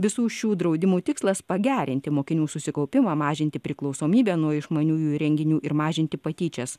visų šių draudimų tikslas pagerinti mokinių susikaupimą mažinti priklausomybę nuo išmaniųjų įrenginių ir mažinti patyčias